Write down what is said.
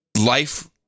Life